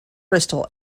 bristol